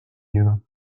you